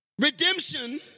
Redemption